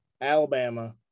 Alabama